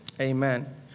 Amen